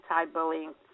anti-bullying